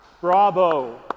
Bravo